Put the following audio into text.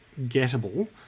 gettable